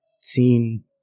seen